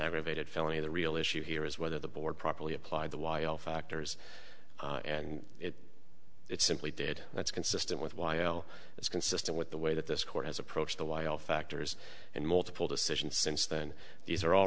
aggravated felony the real issue here is whether the board properly applied the y l factors and it simply did that's consistent with why oh it's consistent with the way that this court has approached the why all factors and multiple decisions since then these are all